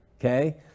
okay